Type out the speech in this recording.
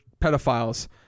pedophiles